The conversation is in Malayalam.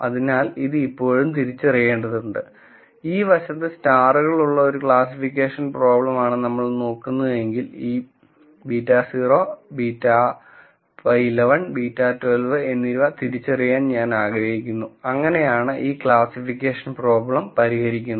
അതിനാൽ ഇത് ഇപ്പോഴും തിരിച്ചറിയേണ്ടതുണ്ട് ഈ വശത്ത് സ്റ്റാറുകൾ ഉള്ള ഒരു ക്ലാസ്സിഫിക്കേഷൻ പ്രോബ്ലമാണ് നമ്മൾ നോക്കുന്നതെങ്കിൽ ഈ β0 β11 β12 എന്നിവ തിരിച്ചറിയാൻ ഞാൻ ആഗ്രഹിക്കുന്നു അങ്ങനെയാണ് ഈ ക്ലാസ്സിഫിക്കേഷൻ പ്രോബ്ലം പരിഹരിക്കുന്നത്